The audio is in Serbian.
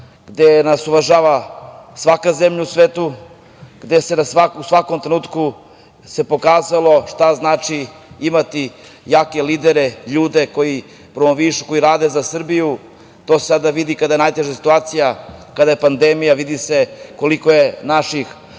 gde nas uvažava svaka zemlja u svetu, gde se u svakom trenutku pokazalo šta znači imati jake lidere i ljude koji promovišu i rade za Srbiju. To se sada vidi kada je najteža situacija, kada je pandemija vidi se koliko je naših